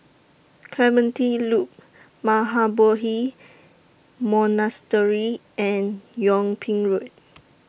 Clementi Loop Mahabodhi Monastery and Yung Ping Road